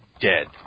dead